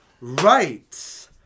Right